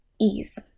ease